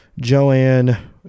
Joanne